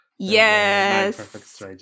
yes